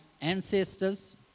ancestors